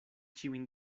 ĉiujn